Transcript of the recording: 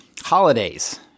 holidays